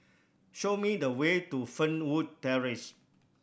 show me the way to Fernwood Terrace